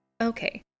Okay